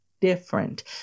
different